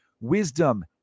Wisdom